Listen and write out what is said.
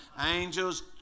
angels